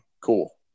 Cool